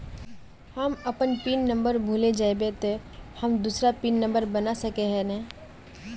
हम अपन pin number भूल जयबे ते हम दूसरा पिन नंबर बना सके है नय?